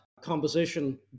composition